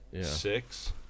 Six